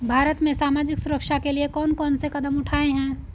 भारत में सामाजिक सुरक्षा के लिए कौन कौन से कदम उठाये हैं?